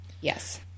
Yes